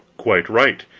quite right.